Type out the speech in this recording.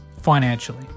financially